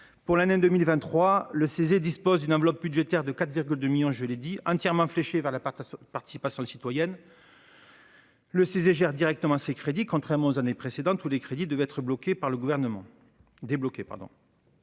Pour l'année 2023, le Cese dispose d'une enveloppe budgétaire de 4,2 millions d'euros, je l'ai dit, entièrement fléchée vers la participation citoyenne. L'institution gère directement ces crédits, contrairement aux années précédentes, où ils devaient être débloqués par le Gouvernement.